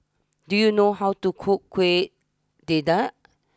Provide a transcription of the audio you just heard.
do you know how to cook Kueh Dadar